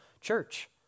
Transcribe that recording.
church